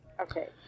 Okay